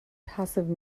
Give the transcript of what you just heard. passive